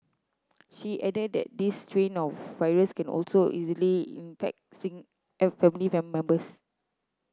she added that this strain of virus can also easily infect family members